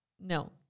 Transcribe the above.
No